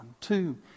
Two